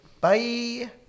bye